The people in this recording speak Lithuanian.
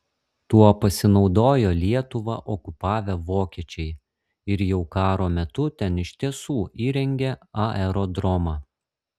tuo pasinaudojo lietuvą okupavę vokiečiai ir jau karo metu ten iš tiesų įrengė aerodromą